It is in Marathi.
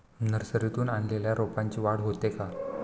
नर्सरीतून आणलेल्या रोपाची वाढ होते का?